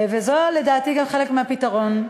וזה לדעתי גם חלק מהפתרון.